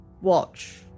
watch